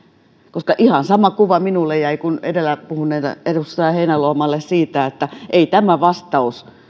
koska ihan sama kuva minulle jäi kuin edellä puhuneelle edustaja heinäluomalle siitä että ei tämä vastaus